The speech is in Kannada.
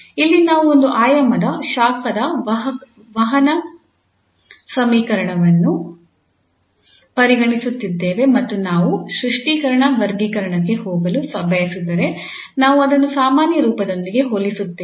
ಇಲ್ಲಿ ನಾವು ಒಂದು ಆಯಾಮದ ಶಾಖದ ವಹನ ಸಮೀಕರಣವನ್ನು ಪರಿಗಣಿಸುತ್ತಿದ್ದೇವೆ ಮತ್ತು ನಾವು ಸ್ಪಷ್ಟೀಕರಣ ವರ್ಗೀಕರಣಕ್ಕೆ ಹೋಗಲು ಬಯಸಿದರೆ ನಾವು ಅದನ್ನು ಸಾಮಾನ್ಯ ರೂಪದೊಂದಿಗೆ ಹೋಲಿಸುತ್ತೇವೆ